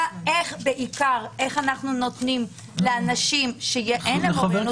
בעיקר איך אנחנו נותנים לאנשים שאין להם אוריינות